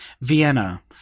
Vienna